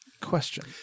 Question